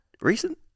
recent